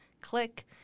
Click